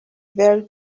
very